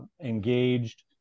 engaged